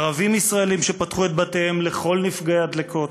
ערבים ישראלים שפתחו את בתיהם לכל נפגעי הדלקות,